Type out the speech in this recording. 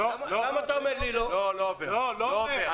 לא עובר.